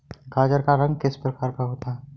गाजर का रंग किस प्रकार का होता है?